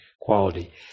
quality